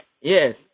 Yes